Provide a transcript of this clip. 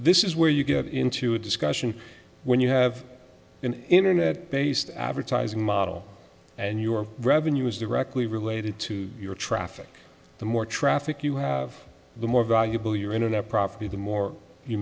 this is where you get into a discussion when you have an internet based advertising model and your revenue is directly related to your traffic the more traffic you have the more valuable your internet property the more you